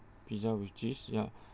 pizza with cheese ya